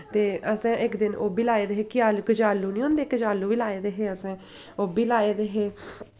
ते असें इक दिन ओह् बी लाए दे हे केआल कचालू निं होंदे कचालू बी लाए दे हे असें ओह् बी लाए दे हे